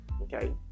Okay